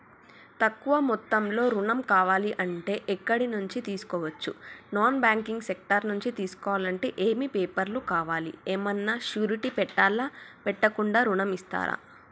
తక్కువ మొత్తంలో ఋణం కావాలి అంటే ఎక్కడి నుంచి తీసుకోవచ్చు? నాన్ బ్యాంకింగ్ సెక్టార్ నుంచి తీసుకోవాలంటే ఏమి పేపర్ లు కావాలి? ఏమన్నా షూరిటీ పెట్టాలా? పెట్టకుండా ఋణం ఇస్తరా?